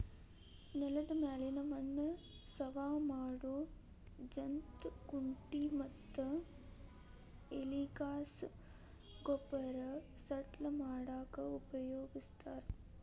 ನೆಲದ ಮ್ಯಾಲಿನ ಮಣ್ಣ ಸವಾ ಮಾಡೋ ಜಂತ್ ಕುಂಟಿ ಮತ್ತ ಎಲಿಗಸಾ ಗೊಬ್ಬರ ಸಡ್ಲ ಮಾಡಾಕ ಉಪಯೋಗಸ್ತಾರ